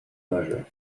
majeure